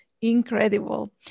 Incredible